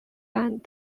and